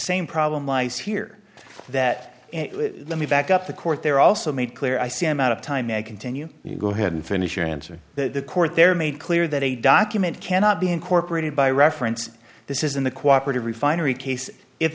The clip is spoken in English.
same problem lies here that let me back up the court they're also made clear i see i'm out of time meghan ten you go ahead and finish your answer that the court there made clear that a document cannot be incorporated by reference this is in the cooperative refinery case if